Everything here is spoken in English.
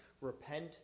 repent